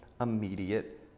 immediate